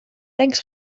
tanks